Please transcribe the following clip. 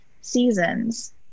seasons